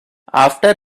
after